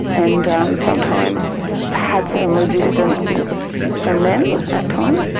and um sometimes had some resistance from them at times.